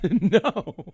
no